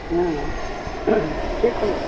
ᱦᱮᱸ ᱪᱮᱫ ᱠᱷᱚᱵᱚᱨ